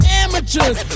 amateurs